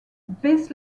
this